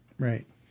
Right